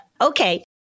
Okay